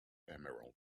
emeralds